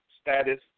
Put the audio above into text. status